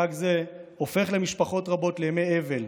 חג זה הופך במשפחות רבות לימי אבל,